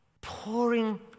pouring